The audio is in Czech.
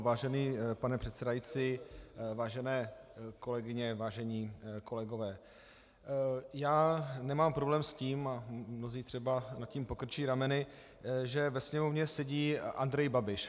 Vážený pane předsedající, vážené kolegyně, vážení kolegové, nemám problém s tím, mnozí třeba nad tím pokrčí rameny, že ve Sněmovně sedí Andrej Babiš.